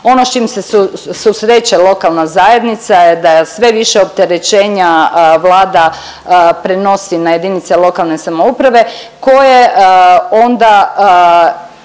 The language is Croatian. Ono s čim se susreće lokalna zajednica je da je sve više opterećenja Vlada prenosi na jedinice lokalne samouprave koje onda